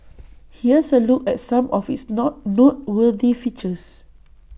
here's A look at some of its knock noteworthy features